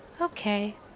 Okay